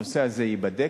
הנושא הזה ייבדק.